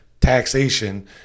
taxation